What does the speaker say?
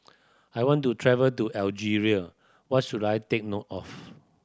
I want to travel to Algeria what should I take note of